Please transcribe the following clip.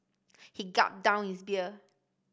he gulped down his beer